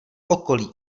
okolí